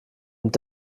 und